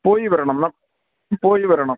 പോയി വരണം പോയി വരണം